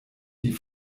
die